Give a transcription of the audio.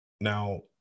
Now